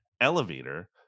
Elevator